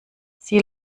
sie